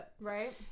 Right